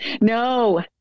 No